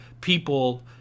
people